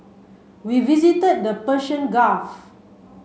we visited the Persian Gulf